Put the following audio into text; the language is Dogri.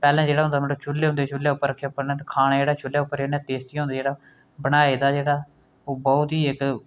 पैह्लें जेह्ड़ा होंदा नुहाड़े चुल्हे होंदे चुल्हे पर रक्खियै खाना जेह्ड़ा चुल्हे पर इन्ना टेस्टी होंदा जेह्ड़ा बनाए दा जेह्ड़ा ओह् बहुत ई इक